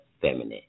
feminine